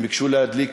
הם ביקשו להדליק